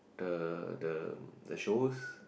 the the the shows